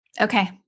Okay